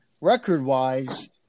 record-wise